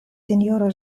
sinjoro